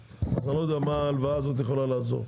אז אני לא יודע מה ההלוואה הזאת יכולה לעזור.